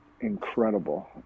incredible